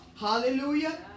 Hallelujah